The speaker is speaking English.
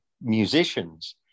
musicians